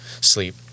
sleep